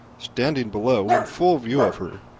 standing below in full view of her,